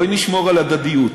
בואי נשמור על הדדיות.